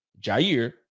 Jair